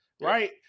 right